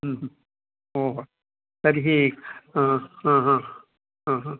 ह्म् ह्म् ओ हो तर्हि हा हा हा हा हा